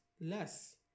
less